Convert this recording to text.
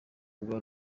bwa